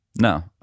no